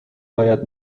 باید